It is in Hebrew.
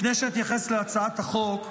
לפני שאתייחס להצעת החוק,